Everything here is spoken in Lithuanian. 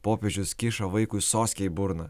popiežius kiša vaikui soskę į burną